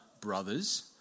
brothers